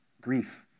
Grief